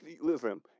listen